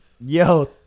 Yo